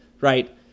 right